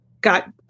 got